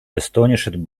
astonished